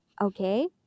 okay